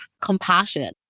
compassion